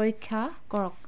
পৰীক্ষা কৰক